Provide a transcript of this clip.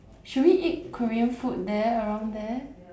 should we eat korean food there around there